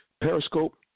Periscope